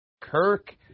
Kirk